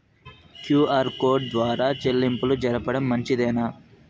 QR code ద్వారా చెల్లింపులు జరపడం మంచిదేనా?